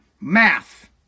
math